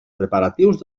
preparatius